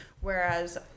Whereas